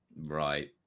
right